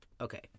Okay